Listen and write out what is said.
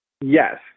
Yes